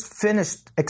finished